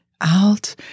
out